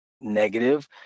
negative